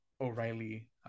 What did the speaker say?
O'Reilly